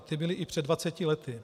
Ty byly i před dvaceti lety.